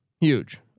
huge